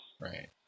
Right